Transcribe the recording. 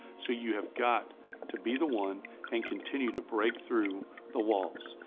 so you have got to be the one and continue to break through the walls.